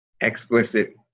Explicit